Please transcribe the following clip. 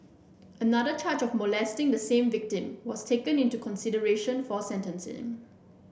another charge of molesting the same victim was taken into consideration for sentencing